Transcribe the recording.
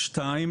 דבר שני,